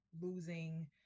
losing